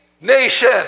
nation